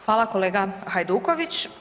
Hvala kolega Hajduković.